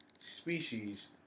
Species